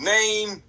Name